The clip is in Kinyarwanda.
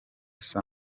saa